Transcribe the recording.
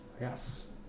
Yes